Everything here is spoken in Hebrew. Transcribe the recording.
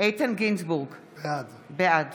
איתן גינזבורג, בעד